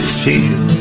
feel